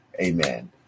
Amen